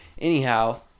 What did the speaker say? Anyhow